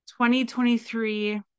2023